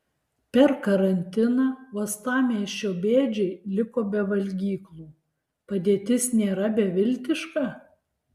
per karantiną uostamiesčio bėdžiai liko be valgyklų padėtis nėra beviltiška